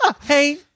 Hey